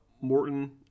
Morton